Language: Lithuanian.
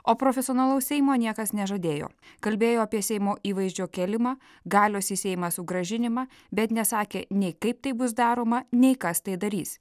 o profesionalaus seimo niekas nežadėjo kalbėjo apie seimo įvaizdžio kėlimą galios į seimą sugrąžinimą bet nesakė nei kaip tai bus daroma nei kas tai darys